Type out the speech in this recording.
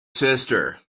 sister